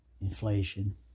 inflation